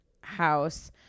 house